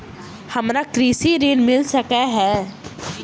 हमरा कृषि ऋण मिल सकै है?